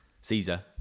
Caesar